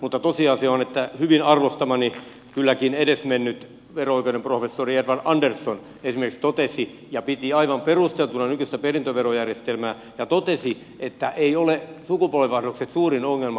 mutta tosiasia on että esimerkiksi hyvin arvostamani kylläkin edesmennyt vero oikeuden professori edward andersson piti aivan perusteltuna nykyistä perintöverojärjestelmää ja totesi että eivät sukupolvenvaihdokset ole suurin ongelma